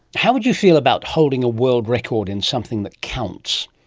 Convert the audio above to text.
how would you feel about holding a world record in something that counts?